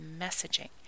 messaging